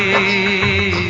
e